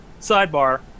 sidebar